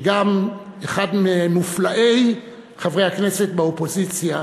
שגם אחד ממופלאי חברי הכנסת באופוזיציה,